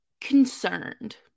concerned